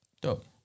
Dope